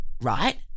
right